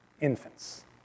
infants